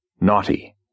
naughty